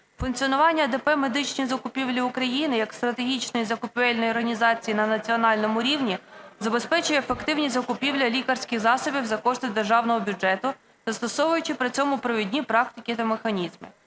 Функціонування ДП "Медичні закупівлі України" як стратегічної закупівельної організації на національному рівні забезпечує ефективні закупівлі лікарських засобів за кошти державного бюджету, застосовуючи при цьому провідні практики та механізми.